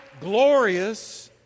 glorious